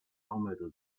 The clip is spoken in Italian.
numero